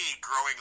growing